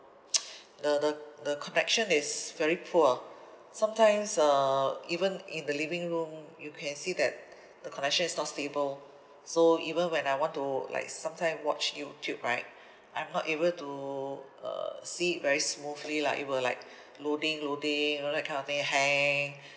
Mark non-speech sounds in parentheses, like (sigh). (noise) the the the connection is very poor sometimes uh even in the living room you can see that the connection is not stable so even when I want to like sometimes watch youtube right I'm not able to uh see it very smoothly lah it will like loading loading you know that kind of thing hang